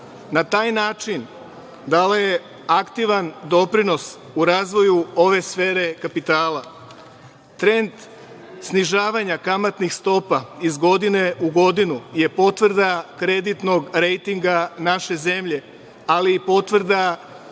Na taj način dala je aktivan doprinos u razvoju ove sfere kapitala. Trend snižavanja kamatnih stopa iz godine u godinu je potvrda kreditnog rejtinga naše zemlje, ali i potvrda